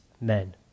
men